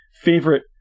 favorite